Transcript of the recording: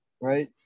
Right